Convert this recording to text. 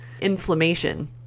inflammation